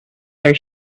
their